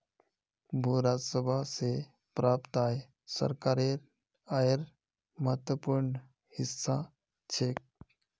भू राजस्व स प्राप्त आय सरकारेर आयेर महत्वपूर्ण हिस्सा छेक